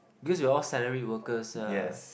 because we are all salaried workers ah